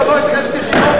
חברת הכנסת יחימוביץ?